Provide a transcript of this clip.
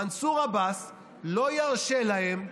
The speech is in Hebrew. מנסור עבאס לא ירשה להם,